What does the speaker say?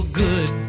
good